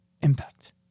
impact